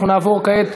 אנחנו נעבור כעת,